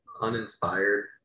uninspired